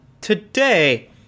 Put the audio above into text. today